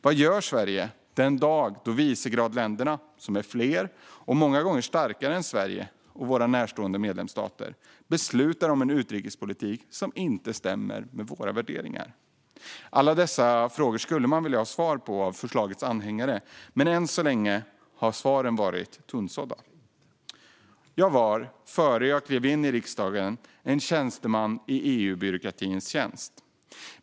Vad gör Sverige den dag Visegrádländerna, som är fler och många gånger starkare än Sverige och våra närstående medlemsstater, beslutar om en utrikespolitik som inte stämmer med våra värderingar? Alla dessa frågor skulle man vilja ha svar på av förslagets anhängare, men än så länge har svaren varit tunnsådda. Jag var innan jag klev in i riksdagen en tjänsteman i EU-byråkratins tjänst.